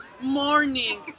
morning